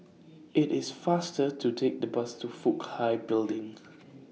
IT IS faster to Take The Bus to Fook Hai Building